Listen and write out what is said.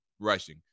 rushing